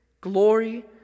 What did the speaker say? Glory